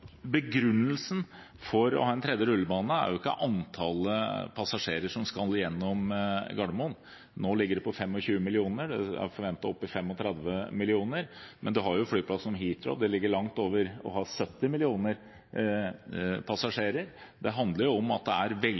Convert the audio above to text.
Begrunnelsen for å ha en tredje rullebane er ikke antallet passasjerer som skal gjennom Gardermoen. Nå ligger det på 25 millioner, og det er forventet opp i 35 millioner. Man har flyplasser som Heathrow – den ligger langt over og har 70 millioner passasjerer. Det handler om at det er